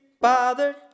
bothered